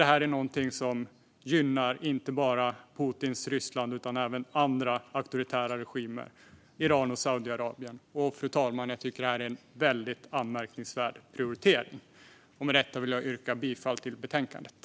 Det gynnar inte bara Putins Ryssland utan även andra auktoritära regimer, som Iran och Saudiarabien. Jag tycker att detta är en anmärkningsvärd prioritering, fru talman. Med detta yrkar jag bifall till förslaget i betänkandet.